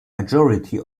majority